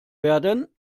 werden